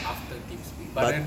after teams speak but then